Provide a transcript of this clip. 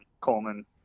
Coleman